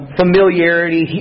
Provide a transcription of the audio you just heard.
familiarity